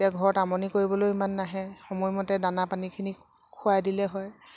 এতিয়া ঘৰত আমনি কৰিবলৈ ইমান নাহে সময়মতে দানা পানীখিনি খোৱাই দিলে হয়